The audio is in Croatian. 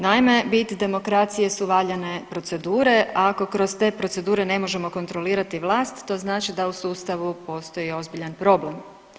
Naime, bit demokracije su valjanje procedure, a ako kroz te procedure ne možemo kontrolirati vlast to znači da u sustavu postoji ozbiljan problem.